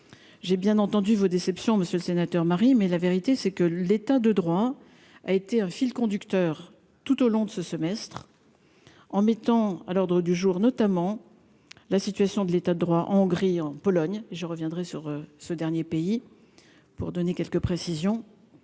j'ai bien entendu vos déceptions, monsieur le sénateur, Marie mais la vérité c'est que l'état de droit, a été un fil conducteur tout au long de ce semestre, en mettant à l'ordre du jour, notamment la situation de l'état de droit, en Hongrie, en Pologne, je reviendrai sur ce dernier pays, pour donner quelques précisions